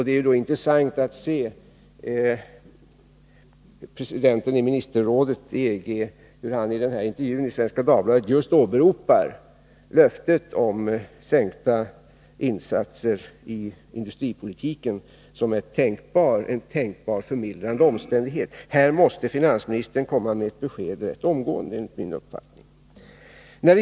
Det är då intressant att se hur presidenten i EG:s ministerråd i intervjun i Svenska Dagbladet just åberopar löftet om minskade insatser i industripolitiken som en tänkbar förmildrande omständighet. Här måste finansministern komma med ett besked rätt omgående, enligt min uppfattning.